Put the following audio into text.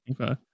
Okay